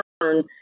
learn